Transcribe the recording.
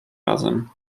razem